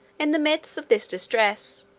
in the midst of this distress,